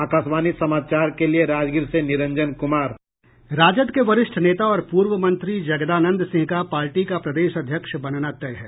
आकाशवाणी समाचार के लिए राजगीर से निरंजन क्मार राजद के वरिष्ठ नेता और पूर्व मंत्री जगदानंद सिंह का पार्टी का प्रदेश अध्यक्ष बनना तय है